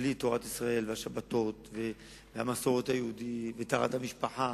בלי תורת ישראל והשבתות והמסורת היהודית וטהרת המשפחה